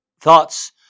Thoughts